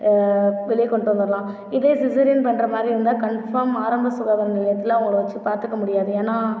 வெளிய கொண்டு வந்துடலாம் இதே சிசேரியன் பண்ணுற மாதிரி இருந்தால் கன்பார்ம் ஆரம்ப சுகாதார நிலையத்தில் அவங்கள வச்சு பார்த்துக்க முடியாது ஏன்னால்